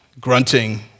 grunting